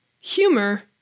humor